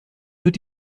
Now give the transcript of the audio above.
wird